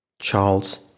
Charles